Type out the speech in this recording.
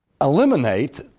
eliminate